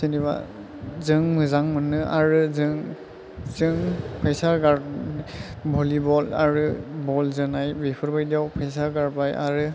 जेनोबा जों मोजां मोनो आरो जों जों फैसा गारो भलिबल आरो बल जोनाय बेफोर बादियाव फैसा गारबाय आरो